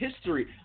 history